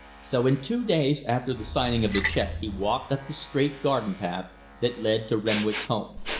so in two days after the signing of the check he walked up the straight garden path that led to renwick's home.